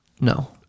no